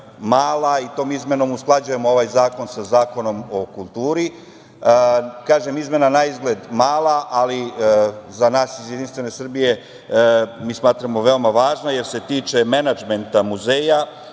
mala i tom izmenom usklađujemo ovaj zakon sa Zakonom o kulturi. Kažem, izmena je naizgled mala, ali za nas iz Jedinstvene Srbije veoma važna jer se tiče menadžmenta muzeja.